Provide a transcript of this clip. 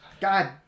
God